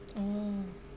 oh